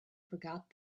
forgot